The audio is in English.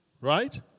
Right